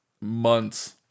months